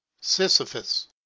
Sisyphus